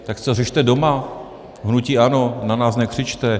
Tak si to řešte doma v hnutí ANO a na nás nekřičte.